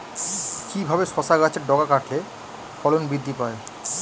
কিভাবে শসা গাছের ডগা কাটলে ফলন বৃদ্ধি পায়?